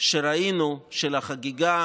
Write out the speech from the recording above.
של החגיגה